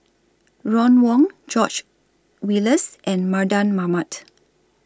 Ron Wong George Oehlers and Mardan Mamat